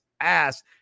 ass